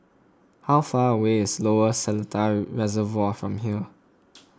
how far away is Lower Seletar Reservoir from here